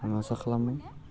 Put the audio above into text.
आं आसा खालामो